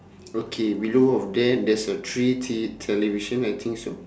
okay below of that there's a three te~ television I think so